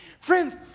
Friends